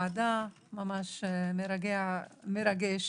ממש מרגש